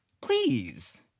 please